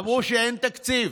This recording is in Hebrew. אמרו שאין תקציב.